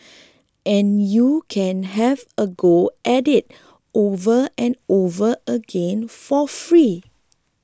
and you can have a go at it over and over again for free